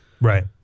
Right